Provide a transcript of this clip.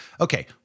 Okay